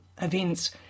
events